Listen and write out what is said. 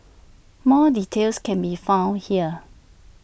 more details can be found here